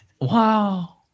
Wow